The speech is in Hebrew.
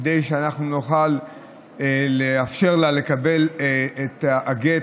כדי שאנחנו נוכל לאפשר לה לקבל את הגט